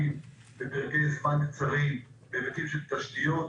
בפרקי זמן קצרים בהיבטים של תשתיות,